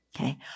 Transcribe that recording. Okay